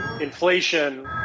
inflation